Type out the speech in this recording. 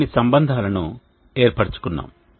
కొన్ని సంబంధాలను ఏర్పరచుకున్నాము